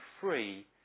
free